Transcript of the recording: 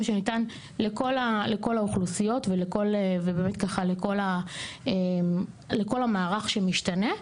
שניתן לכל האוכלוסיות ובאמת ככה לכל המערך שמשתנה.